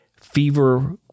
fever